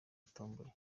yatomboye